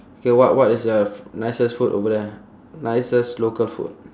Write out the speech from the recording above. K what what is the f~ nicest food over there nicest local food